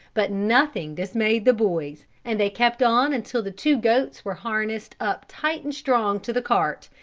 but nothing dismayed the boys and they kept on until the two goats were harnessed up tight and strong to the cart,